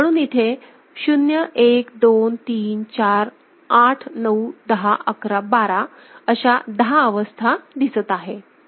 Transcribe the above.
म्हणून इथे 0 1 2 3 4 8 9 10 11 12 अशा दहा अवस्था दिसत आहेत